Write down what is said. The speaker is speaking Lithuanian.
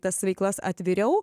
tas veiklas atviriau